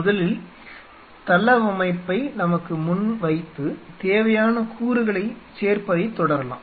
முதலில் தளவமைப்பை நமக்கு முன் வைத்து தேவையான கூறுகளைச் சேர்ப்பதைத் தொடரலாம்